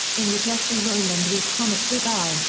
in the jeffrey rowland webcomic wigu,